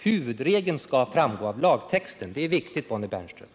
Det är viktigt, Bonnie Bernström, att huvudregeln klart framgår av lagtexten.